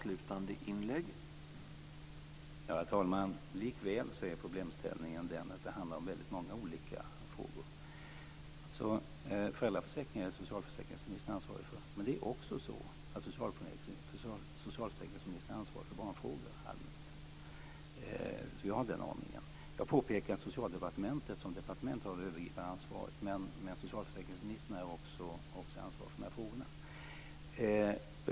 Herr talman! Likväl är problemställningen den, att det handlar om väldigt många olika frågor. Det är socialförsäkringsministern som är ansvarig för föräldraförsäkringen, och det är också socialförsäkringsministern som allmänt är ansvarig för barnfrågor. Vi har den ordningen. Jag påpekade att Socialdepartementet som departement har det övergripande ansvaret, men socialförsäkringsministern är också ansvarig för dessa frågor.